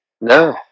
No